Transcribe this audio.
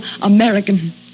American